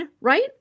Right